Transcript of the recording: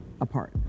apart